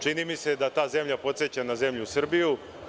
Čini mi se da ta zemlja podseća na zemlju Srbiju.